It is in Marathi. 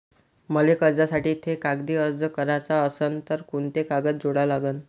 मले कर्जासाठी थे कागदी अर्ज कराचा असन तर कुंते कागद जोडा लागन?